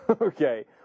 Okay